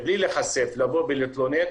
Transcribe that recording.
מבלי להיחשף לבוא ולהתלונן,